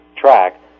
track